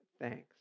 thanks